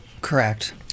Correct